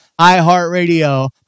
iHeartRadio